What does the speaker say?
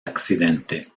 accidente